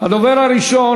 הדובר הראשון,